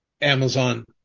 Amazon